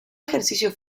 ejercicio